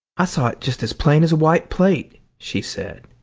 i saw it just as plain as a white plate, she said,